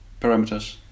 parameters